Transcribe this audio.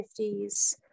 1950s